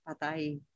Patay